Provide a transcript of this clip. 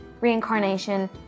reincarnation